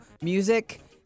music